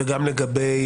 לגבי